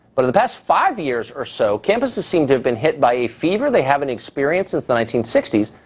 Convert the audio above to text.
but in the past five years or so, campuses seem to have been hit by a fever they haven't experienced since the nineteen sixty s.